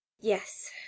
Yes